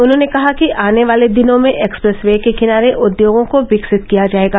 उन्होंने कहा कि आने वाले दिनों में एक्सप्रेस वे के किनारे उद्योगों को विकसित किया जाएगा